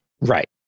Right